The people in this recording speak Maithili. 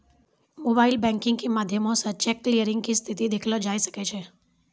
मोबाइल बैंकिग के माध्यमो से चेक क्लियरिंग के स्थिति देखलो जाय सकै छै